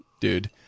dude